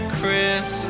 Chris